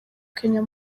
kenya